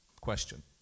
question